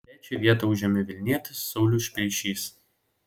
trečią vietą užėmė vilnietis saulius speičys